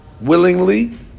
willingly